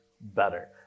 better